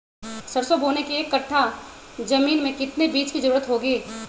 सरसो बोने के एक कट्ठा जमीन में कितने बीज की जरूरत होंगी?